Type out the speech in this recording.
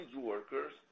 workers